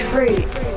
Fruits